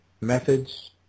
methods